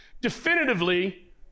Definitively